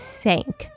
sank